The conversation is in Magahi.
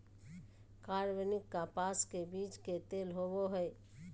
कार्बनिक कपास के बीज के तेल होबो हइ